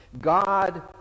God